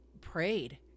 prayed